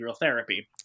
therapy